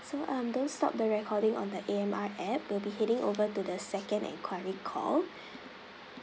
so um don't stop the recording on the A_M_R app we'll be heading over to the second enquiry call